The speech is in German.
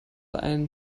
ein